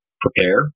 prepare